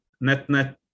Net-net